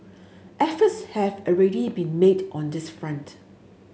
efforts have already been made on this front